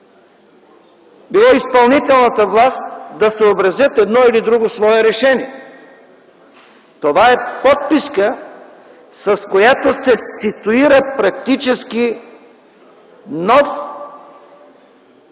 било изпълнителната власт, да съобразят едно или друго свое решение. Това е подписка, с която се ситуира практически нов